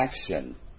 action